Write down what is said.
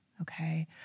okay